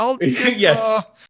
Yes